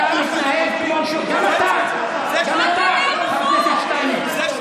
אתה מתנהג כמו, גם אתה, חבר הכנסת שטייניץ.